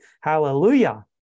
hallelujah